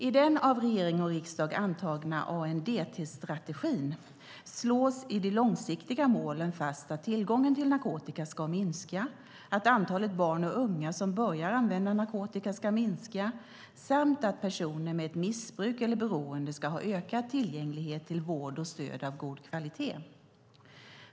I den av regering och riksdag antagna ANDT-strategin slås i de långsiktiga målen fast att tillgången till narkotika ska minska, att antalet barn och unga som börjar använda narkotika ska minska samt att personer med ett missbruk eller beroende ska ha ökad tillgänglighet till vård och stöd av god kvalitet.